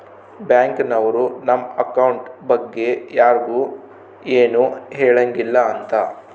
bank ನವ್ರು ನಮ್ account ಬಗ್ಗೆ ಯರ್ಗು ಎನು ಹೆಳಂಗಿಲ್ಲ ಅಂತ